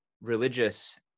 religious